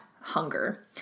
hunger